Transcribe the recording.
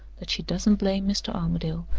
that she doesn't blame mr. armadale,